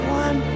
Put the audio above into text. one